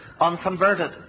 unconverted